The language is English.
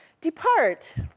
depart,